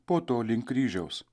po to link kryžiaus